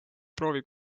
proovi